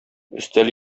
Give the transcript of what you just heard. өстәл